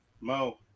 mo